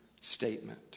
statement